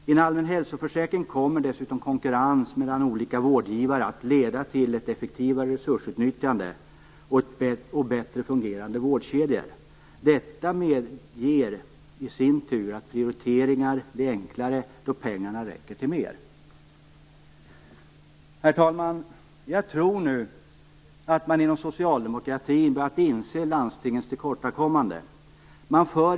I en allmän hälsoförsäkring kommer dessutom konkurrens mellan olika vårdgivare att leda till ett effektivare resursutnyttjande och till bättre fungerande vårdkedjor. Detta i sin tur medger att prioriteringar blir enklare, eftersom pengarna räcker till mera. Herr talman! Jag tror nu att man även inom socialdemokratin har börjat inse landstingens tillkortakommande.